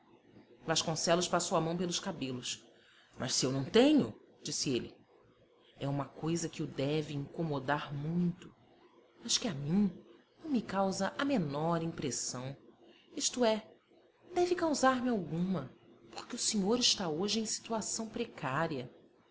vasconcelos passou a mão pelos cabelos mas se eu não tenho disse ele é uma coisa que o deve incomodar muito mas que a mim não me causa a menor impressão isto é deve causar me alguma porque o senhor está hoje em situação precária